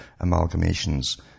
amalgamations